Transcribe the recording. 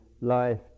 life